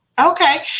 Okay